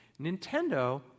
Nintendo